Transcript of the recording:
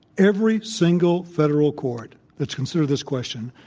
every single federal court that's considered this question,